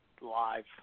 live